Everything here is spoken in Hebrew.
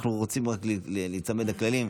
אנחנו רק רוצים להיצמד לכללים.